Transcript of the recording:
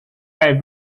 bei